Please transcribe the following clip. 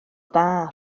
dda